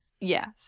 yes